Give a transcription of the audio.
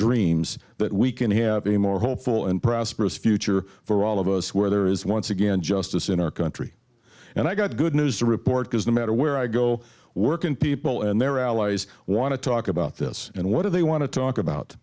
dreams that we can have a more hopeful and prosperous future for all of us where there is once again justice in our country and i got good news to report because no matter where i go work and people and their allies want to talk about this and what do they want to talk about